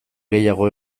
gehiago